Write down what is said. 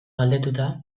galdetuta